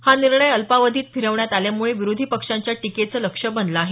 हा निर्णय अल्पावधीत फिरवण्यात आल्यामुळे विरोधी पक्षांच्या टीकेचं लक्ष्य बनला आहे